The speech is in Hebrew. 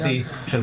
לא שאתה רוצה לבחור.